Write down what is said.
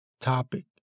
topic